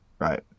right